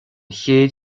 chéad